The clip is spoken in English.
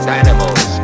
animals